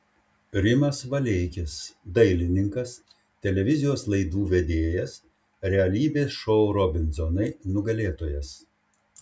rimas valeikis dailininkas televizijos laidų vedėjas realybės šou robinzonai nugalėtojas